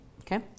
Okay